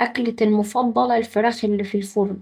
أكلتي المفضلة الفراخ اللي في الفرن.